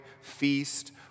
feast